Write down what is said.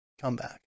comeback